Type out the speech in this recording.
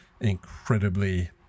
incredibly